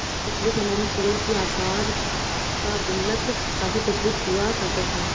पिछले समय में सूअर की आकार का गुल्लक काफी प्रचलित हुआ करता था